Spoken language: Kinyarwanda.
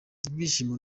ibyishimo